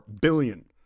billion